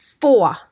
four